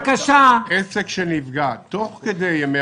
עסק שנפגע תוך כדי ימי